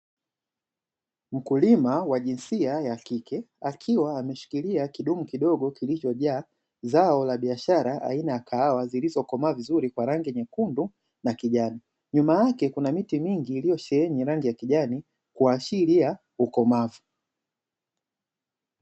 Mkulima wa jinsia ya kike akiwa ameshikilia kidumu kidogo kilichojaa zao la biashara aina ya kahawa, zilizokomaa vizuri kwa rangi nyekundu na kijani, nyuma yake kuna miti mingi iliyosheneni rangi ya kijani kuashiria ukomavu.